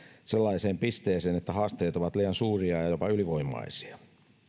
sellaiseen pisteeseen että haasteet ovat liian suuria ja jopa ylivoimaisia